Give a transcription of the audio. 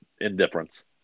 indifference